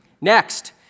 next